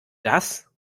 das